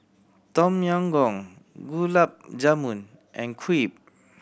Tom Yam Goong Gulab Jamun and Crepe